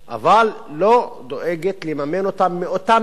אבל לא דואגת לממן אותו מאותם מסים